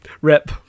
rip